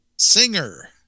Singer